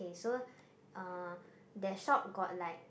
K so uh that shop got like